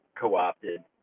co-opted